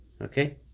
Okay